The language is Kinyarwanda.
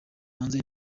hanze